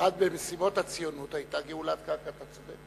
אחת ממשימות הציונות היתה גאולת הקרקע, אתה צודק.